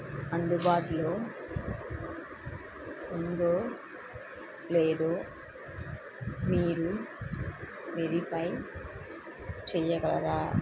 అందుబాటులో ఉందో లేదో మీరు వెరిఫై చెయ్యగలరా